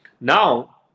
Now